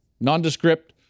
nondescript